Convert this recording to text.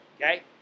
Okay